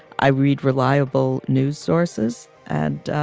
i read reliable news sources. and,